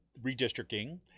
redistricting